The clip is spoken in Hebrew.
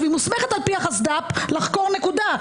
היא מסומכת על פי החסד"פ לחקור נקודה,